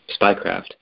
spycraft